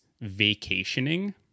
vacationing